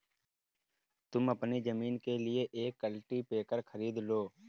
तुम अपनी जमीन के लिए एक कल्टीपैकर खरीद लो